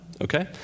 okay